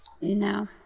No